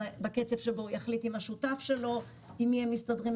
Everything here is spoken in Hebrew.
בקצב שבו הוא יחליט עם השותף שלו עם מי הם מסתדרים,